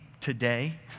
today